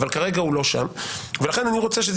אבל כרגע הוא לא שם ולכן אני רוצה שזה